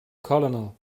colonel